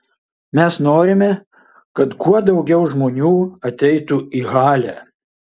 mes norime kad kuo daugiau žmonių ateitų į halę